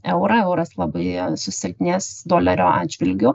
eurą euras labai susilpnės dolerio atžvilgiu